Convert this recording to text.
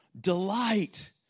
Delight